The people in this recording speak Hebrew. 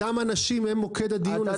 אותם אנשים הם מוקד הדיון הזה.